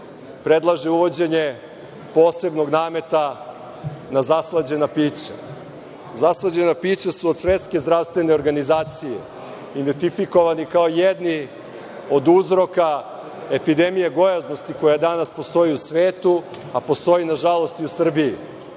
predlaže uvođenje posebnog nameta na zaslađena pića. Zaslađena pića su od Svetske zdravstvene organizacije identifikovani kao jedni od uzroka epidemije gojaznosti koja danas postoji u svetu, a postoji, nažalost, i u Srbiji.